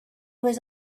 was